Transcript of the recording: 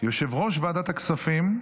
יושב-ראש ועדת הכספים,